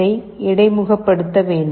h இடைமுகப்படுத்த வேண்டும்